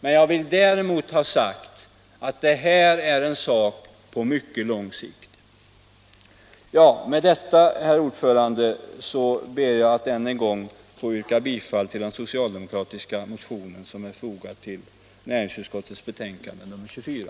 Däremot vill jag understryka att det här är en mycket långsiktig fråga. Med det anförda ber jag, herr talman, att än en gång få yrka bifall till den socialdemokratiska reservation som är fogad till näringsutskottets betänkande nr 24.